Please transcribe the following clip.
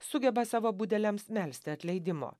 sugeba savo budeliams melsti atleidimo